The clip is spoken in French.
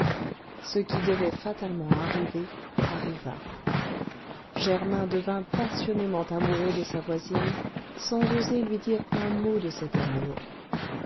ce qui devait fatalement arriver arriva germain devint passionnément amoureux de sa voisine sans oser lui dire un mot de cet amour